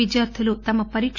విద్యార్టులు తమ పరీక